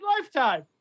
lifetime